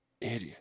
Idiot